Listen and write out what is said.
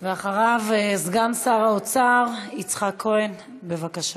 אחריו, סגן שר האוצר יצחק כהן, בבקשה.